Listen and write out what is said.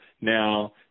Now